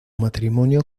matrimonio